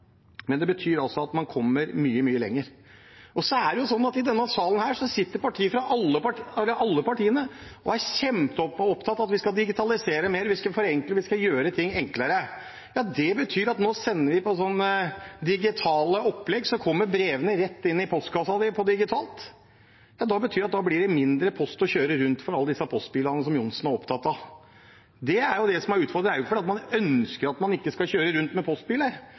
av at vi skal digitalisere mer, at vi skal forenkle, at vi skal gjøre ting enklere. Det betyr at nå sender vi på digitale opplegg, brevene kommer rett inn i postkassen, digitalt, og da blir det mindre post å kjøre rundt for alle disse postbilene som representanten Johnsen er opptatt av. Det er det som er utfordrende, ikke fordi man ønsker at man ikke skal kjøre rundt med postbiler